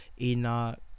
Enoch